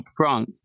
upfront